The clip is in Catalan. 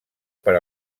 per